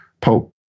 Pope